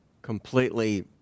completely